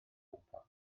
gwmpawd